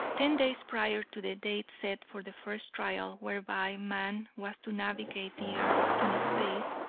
ten days prior to the date set for the first trial whereby man was to navigate the earth in space,